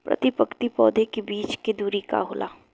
प्रति पंक्ति पौधे के बीच के दुरी का होला?